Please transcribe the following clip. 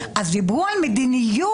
אז דיברו על מדיניות,